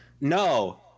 no